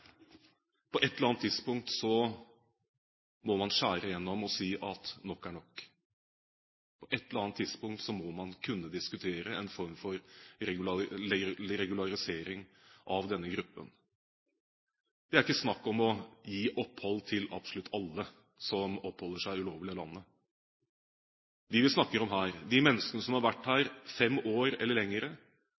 På et eller annet tidspunkt må man skjære igjennom og si at nok er nok. På et eller annet tidspunkt må man kunne diskutere en form for regularisering av denne gruppen. Det er ikke snakk om å gi opphold til absolutt alle som oppholder seg ulovlig i landet. De menneskene vi snakker om her, er de som har vært her i fem år eller